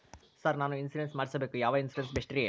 Sir ನಾನು insurance ಮಾಡಿಸಬೇಕು ಯಾವ ಇನ್ಶೂರೆನ್ಸ್ ಬೆಸ್ಟ್ರಿ?